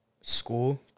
school